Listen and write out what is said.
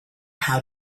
how